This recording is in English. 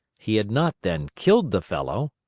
he had not, then, killed the fellow!